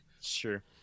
sure